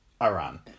Iran